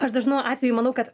aš dažnu atveju manau kad